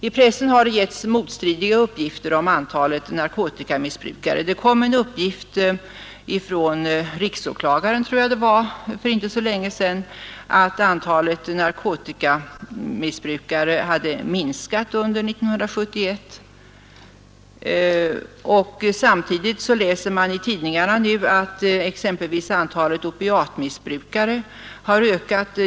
I pressen har det givits motstridiga uppgifter om antalet missbrukare. Det kom en uppgift från riksåklagaren för inte länge sedan om att antalet narkotikamissbrukare hade minskat under 1971. Samtidigt läser man i tidningarna att exempelvis antalet opiatmissbrukare har ökat.